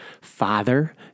Father